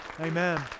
Amen